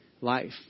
life